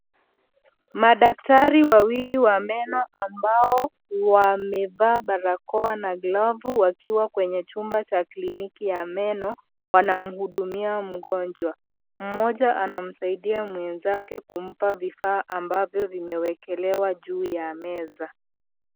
Madaktari wawili wa meno ambao wamevaa barakoa na glavu wakiwa kwenye chumba cha kliniki ya meno wanamhudumia mgonjwa. Mmoja anamsaidia mwenzake kumpa vifaa ambavyo vimewekelewa juu ya meza.